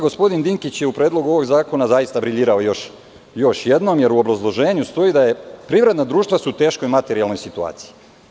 Gospodin Dinkić je u Predlogu ovog zakona zaista briljirao još jednom, jer u obrazloženju stoji da je privredna društva su u teškoj materijalnoj situaciji.